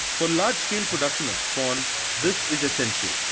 for large-scale production of spawn this is essential.